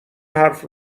حرف